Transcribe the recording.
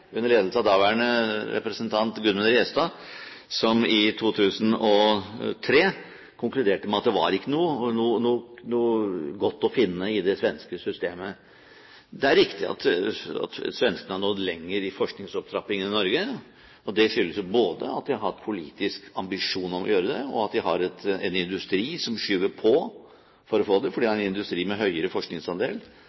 under ledelse av daværende representant Gudmund Restad som konkluderte med at det ikke var noe godt å finne i det svenske systemet. Det er riktig at svenskene har nådd lenger i forskningsopptrapping enn Norge. Det skyldes jo både at de har hatt politisk ambisjon om å gjøre det, og at de har en industri som skyver på for å få det,